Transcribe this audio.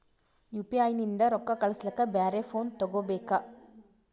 UPI ನಿಂದ ರೊಕ್ಕ ಕಳಸ್ಲಕ ಬ್ಯಾರೆ ಫೋನ ತೋಗೊಬೇಕ?